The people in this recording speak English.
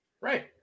Right